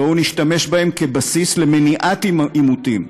בואו נשתמש בהם כבסיס למניעת עימותים,